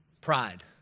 pride